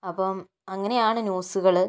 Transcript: അപ്പോൾ അങ്ങനെയാണ് ന്യൂസുകൾ